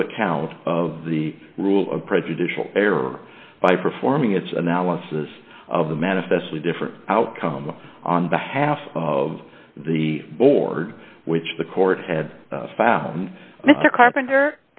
due account of the rule of prejudicial error by performing its analysis of the manifestly different outcome on behalf of the board which the court had found mr carpenter